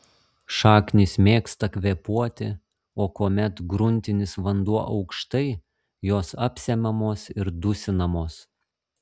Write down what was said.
šaknys mėgsta kvėpuoti o kuomet gruntinis vanduo aukštai jos apsemiamos ir dusinamos